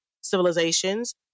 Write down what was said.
civilizations